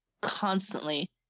constantly